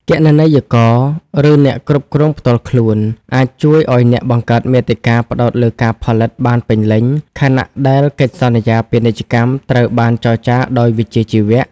គណនេយ្យករ ឬអ្នកគ្រប់គ្រងផ្ទាល់ខ្លួន អាចជួយឱ្យអ្នកបង្កើតមាតិកាផ្តោតលើការផលិតបានពេញលេញ ខណៈដែលកិច្ចសន្យាពាណិជ្ជកម្មត្រូវបានចរចាដោយវិជ្ជាជីវៈ។